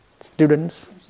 students